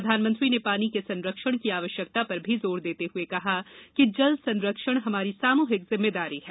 प्रधानमंत्री ने पानी के संरक्षण की आवश्यकता पर भी जोर देते हुए कहा कि जल संरक्षण हमारी सामूहिक जिम्मेदारी है